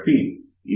కాబట్టి ఇది 1